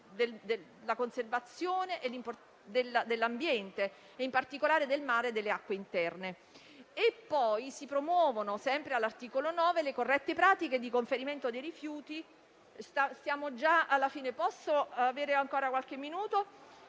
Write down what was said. della conservazione dell'ambiente, in particolare del mare e delle acque interne. Si promuovono, sempre all'articolo 9, le corrette pratiche per il conferimento dei rifiuti